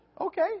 Okay